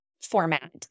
format